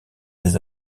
des